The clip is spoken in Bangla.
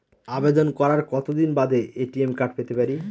আবেদন করার কতদিন বাদে এ.টি.এম কার্ড পেতে পারি?